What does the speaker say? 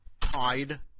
tied